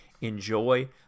Enjoy